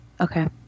Okay